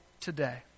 today